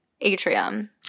atrium